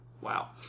Wow